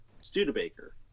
Studebaker